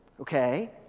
Okay